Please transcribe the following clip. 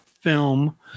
film